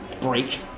break